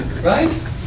right